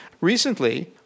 recently